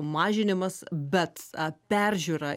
mažinimas bet peržiūra